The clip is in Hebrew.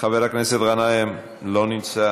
חבר הכנסת גנאים, אינו נוכח,